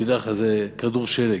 תדע לך, זה כדור שלג.